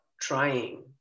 trying